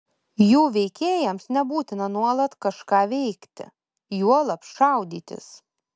jų veikėjams nebūtina nuolat kažką veikti juolab šaudytis